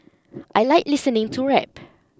I like listening to rap